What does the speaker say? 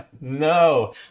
no